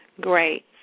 Great